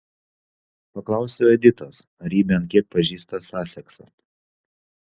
paklausiau editos ar ji bent kiek pažįsta saseksą